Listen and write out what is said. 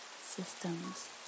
systems